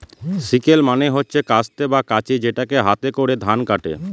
sickle মানে হচ্ছে কাস্তে বা কাঁচি যেটাকে হাতে করে ধান কাটে